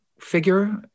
figure